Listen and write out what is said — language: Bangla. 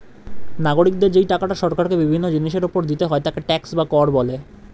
নাগরিকদের যেই টাকাটা সরকারকে বিভিন্ন জিনিসের উপর দিতে হয় তাকে ট্যাক্স বা কর বলে